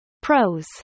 PROS